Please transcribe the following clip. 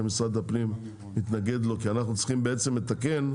משרד הפנים התנגד לו כי אנחנו צריכים בעצם לתקן.